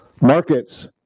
Markets